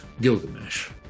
Gilgamesh